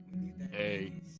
Hey